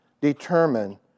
determine